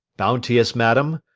bounteous madam,